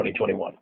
2021